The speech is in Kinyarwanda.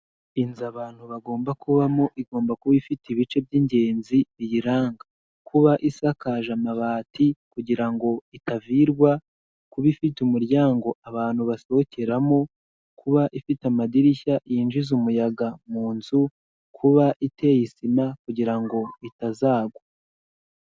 Inzu abantu bagomba kubamo igomba kuba ifite ibice by'ingenzi biyiranga. Kuba isakaje amabati kugira ngo itavirwa. Kuba ifite umuryango abantu basohokeramo. Kuba ifite amadirishya yinjiza umuyaga mu nzu. Kuba iteye sima kugira ngo itazagwa.